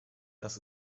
das